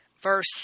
verse